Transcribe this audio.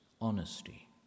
honesty